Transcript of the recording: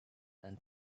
then